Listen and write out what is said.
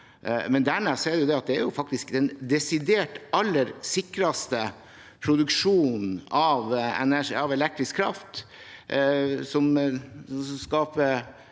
men det er også faktisk den desidert aller sikreste produksjonen av elektrisk kraft. Den fører